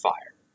Fire